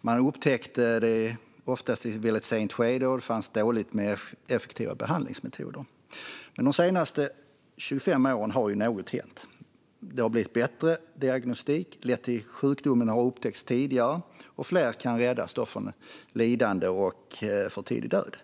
Den upptäcktes ofta i ett sent skede, och det fanns dåligt med effektiva behandlingsmetoder. Men de senaste 25 åren har något hänt. Diagnostiken har blivit bättre, vilket har lett till att sjukdomen upptäcks tidigare och att fler kan räddas från lidande och för tidig död.